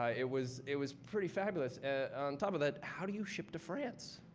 ah it was it was pretty fabulous. and, on top of that, how do you ship to france?